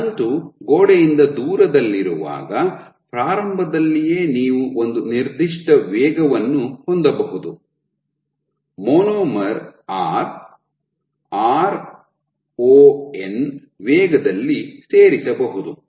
ತಂತು ಗೋಡೆಯಿಂದ ದೂರದಲ್ಲಿರುವಾಗ ಪ್ರಾರಂಭದಲ್ಲಿಯೇ ನೀವು ಒಂದು ನಿರ್ದಿಷ್ಟ ವೇಗವನ್ನು ಹೊಂದಬಹುದು ಮಾನೋಮರ್ r ron ವೇಗದಲ್ಲಿ ಸೇರಿಸಬಹುದು